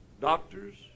doctors